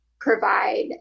provide